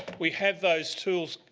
we have those tools